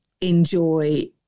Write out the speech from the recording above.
enjoy